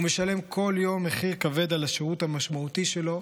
משלם כל יום מחיר כבד על השירות המשמעותי שלו.